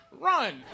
Run